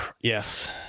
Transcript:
yes